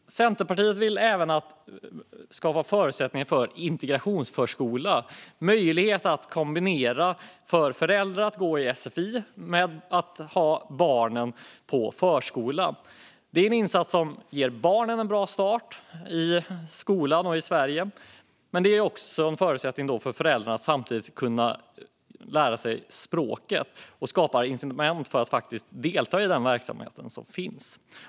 Centerpartiet vill skapa förutsättningar för en integrationsförskola. Det ska finnas en möjlighet för föräldrar att gå på sfi medan barnen går på förskola. Det här är en insats som ger barnen en bra start i skolan och i Sverige, och det ger samtidigt föräldrarna förutsättningar att lära sig språket. Det skapar incitament för dem att delta i den verksamhet som finns.